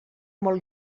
molt